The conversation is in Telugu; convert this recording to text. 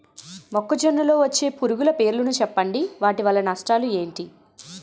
మొక్కజొన్న లో వచ్చే పురుగుల పేర్లను చెప్పండి? వాటి వల్ల నష్టాలు ఎంటి?